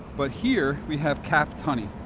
but here we have capped honey,